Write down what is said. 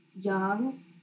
young